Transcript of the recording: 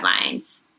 guidelines